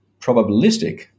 probabilistic